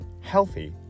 Healthy